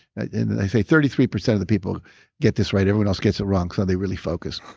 and then i say, thirty three percent of the people get this right, everyone else gets it wrong, so they really focus.